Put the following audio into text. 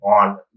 on